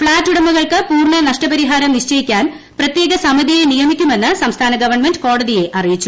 flat ഉടമകൾക്ക് പൂർണ നഷ്ടപരിഹാരം നിശ്ചയിക്കാൻ പ്രത്യേക സമിതിയെ നിയമിക്കുമെന്ന് സംസ്ഥാന ഗവൺമെന്റ് കോടതിയെ അറിയിച്ചു